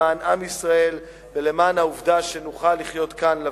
למען עם ישראל ולמען העובדה שנוכל לחיות כאן לבטח.